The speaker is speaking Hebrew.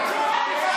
אין לכם כבוד.